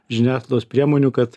žiniasklaidos priemonių kad